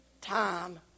time